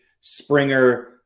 Springer